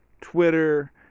Twitter